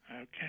Okay